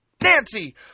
nancy